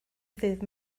ddydd